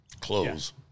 Clothes